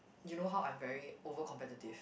you know how I'm very over competitive